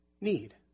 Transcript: need